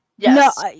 Yes